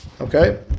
Okay